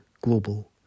global